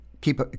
keep